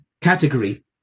category